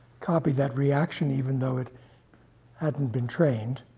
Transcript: copy that reaction even though it hadn't been trained.